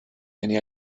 any